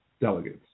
delegates